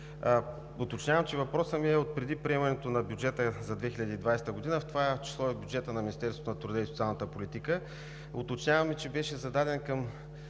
уточнявам, че въпросът ми е отпреди приемането на бюджета за 2020 г., в това число и бюджета на Министерството на труда и социалната политика, уточнявам, че беше зададен към